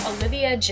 Olivia